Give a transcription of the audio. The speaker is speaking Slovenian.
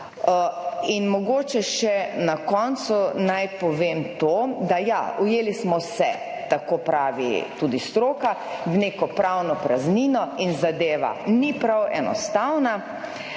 In mogoče še na koncu naj povem to, da ja, ujeli smo se, tako pravi tudi stroka, v neko pravno praznino in zadeva ni prav enostavna,